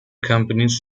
companies